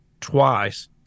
twice